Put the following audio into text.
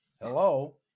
Hello